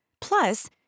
plus